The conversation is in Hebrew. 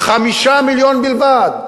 5 מיליון בלבד.